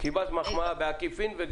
קיבלת מחמאה בעקיפין.